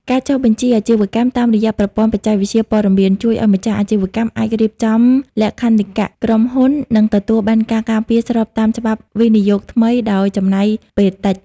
ការចុះបញ្ជីអាជីវកម្មតាមរយៈ ប្រព័ន្ធបច្ចេកវិទ្យាព័ត៌មាន ជួយឱ្យម្ចាស់អាជីវកម្មអាចរៀបចំ លក្ខន្តិកៈក្រុមហ៊ុន និងទទួលបានការការពារស្របតាមច្បាប់វិនិយោគថ្មីដោយចំណាយពេលតិច។